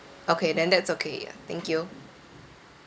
okay then that's okay ya thank you